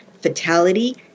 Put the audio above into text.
fatality